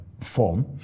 form